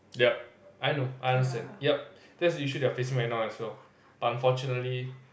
yup I know I understand yup that's the issue that they are facing right now as well but unfortunately